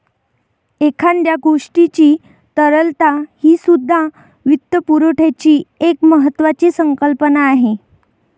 एखाद्या गोष्टीची तरलता हीसुद्धा वित्तपुरवठ्याची एक महत्त्वाची संकल्पना आहे